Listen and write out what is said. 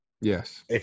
Yes